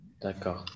D'accord